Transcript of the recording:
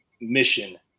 mission